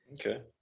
Okay